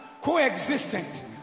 co-existent